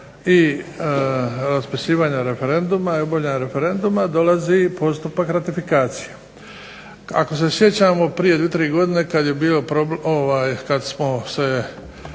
i raspisivanja referenduma, volja referenduma dolazi postupak ratifikacije. Ako se sjećamo prije 2, 3 godine kada smo se